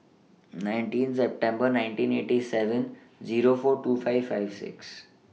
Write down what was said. nineteen September nineteen eighty seven Zero four two five five six